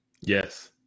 Yes